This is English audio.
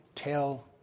Tell